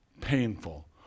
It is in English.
painful